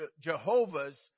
Jehovah's